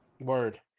Word